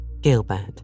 Gilbert